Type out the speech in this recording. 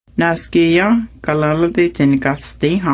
now sekiya, gallowgate and gusty. um